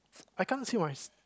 I can't say my